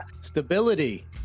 Stability